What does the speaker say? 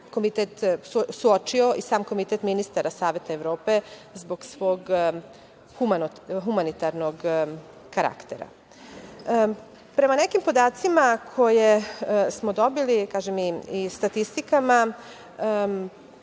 i suočio i sam komitet ministara Saveta Evrope zbog svog humanitarnog karaktera. Prema nekim podacima koje smo dobili i statistikama